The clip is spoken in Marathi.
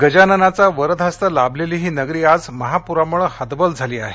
गजाननाचा वरदहस्त लाभलेली ही नगरी आज महापूरामुळं हतबल झाली आहे